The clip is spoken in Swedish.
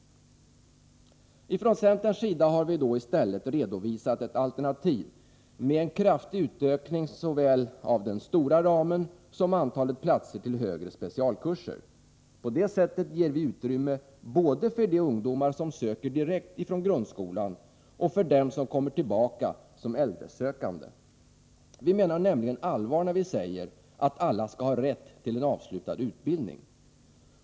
Från centerns sida har vi i stället redovisat ett alternativ med en kraftig utökning av såväl den stora ramen som antalet platser till högre specialkurser. På det sättet ger vi utrymme både för de ungdomar som söker direkt ifrån grundskolan och för dem som kommer tillbaka som äldresökande. Vi menar nämligen allvar när vi säger att alla skall ha rätt till en avslutad utbildning.